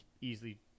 easily –